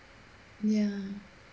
ya